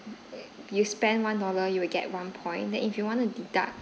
you spend one dollar you will get one point then if you want to deduct